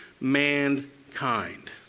mankind